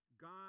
God